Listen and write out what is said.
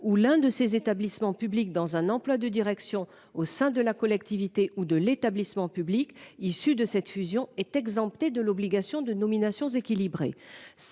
l'un de ces établissements publics dans un emploi de direction au sein de la collectivité ou de l'établissement public issu de cette fusion est exempté de l'obligation de nominations équilibrées.